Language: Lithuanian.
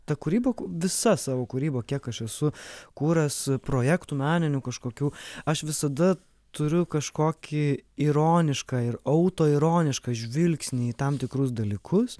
ta kūryba visa savo kūryba kiek aš esu kūręs projektų meninių kažkokių aš visada turiu kažkokį ironišką ir autoironišką žvilgsnį į tam tikrus dalykus